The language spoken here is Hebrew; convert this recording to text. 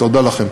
תודה לכם.